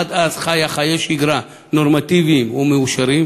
שעד אז חיה חיי שגרה נורמטיביים ומאושרים,